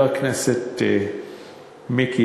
חבר הכנסת מיקי,